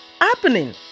happening